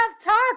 talk